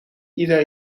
ieder